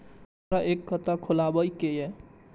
हमरा एक खाता खोलाबई के ये?